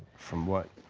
from what?